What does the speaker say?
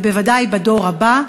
ובוודאי בדור הבא.